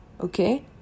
Okay